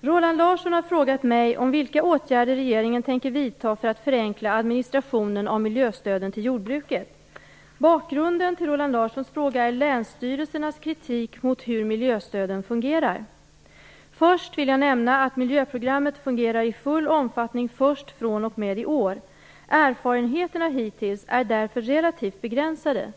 Roland Larsson har frågat mig vilka åtgärder regeringen tänker vidta för att förenkla administrationen av miljöstöden till jordbruket. Bakgrunden till Roland Larssons fråga är länsstyrelsernas kritik mot hur miljöstöden fungerar. Först vill jag nämna att miljöprogrammet fungerar i full omfattning först fr.o.m. i år. Erfarenheterna hittills är därför relativt begränsade.